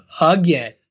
again